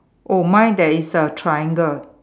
oh mine there is a triangle